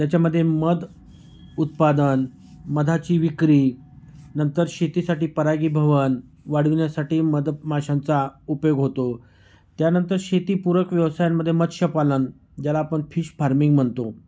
त्याच्यामध्ये मध उत्पादन मधाची विक्री नंतर शेतीसाठी परागीभवन वाढवण्यासाठी मधमाशांचा उपयोग होतो त्यानंतर शेतीपूरक व्यवसायांमध्ये मत्स्यपालन ज्याला आपण फिश फार्मिंग म्हणतो